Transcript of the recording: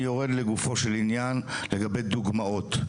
אני יורד לגופו של עניין לגבי דוגמאות,